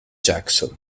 jackson